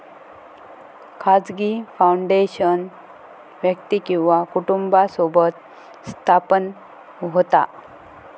खाजगी फाउंडेशन व्यक्ती किंवा कुटुंबासोबत स्थापन होता